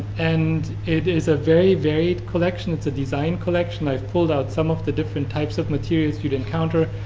and it is a very varied collection. it's a design collection. i've pulled out some of the different types of materials you'd encounter.